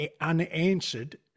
unanswered